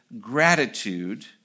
gratitude